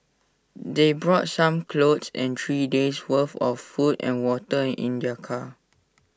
they brought some clothes and three days' worth of food and water in their car